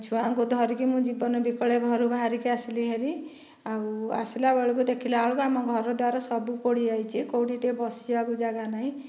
ଛୁଆଙ୍କୁ ଧରିକି ମୁଁ ଜୀବନ ବିକଳରେ ଘରୁ ବାହାରିକି ଆସିଲି ହେରି ଆଉ ଆସିଲା ବେଳକୁ ଦେଖିଲା ବେଳକୁ ଆମ ଘରଦ୍ଵାର ସବୁ ପୋଡ଼ିଯାଇଛି କେଉଁଠି ଟିକିଏ ବସିବାକୁ ଜାଗା ନାହିଁ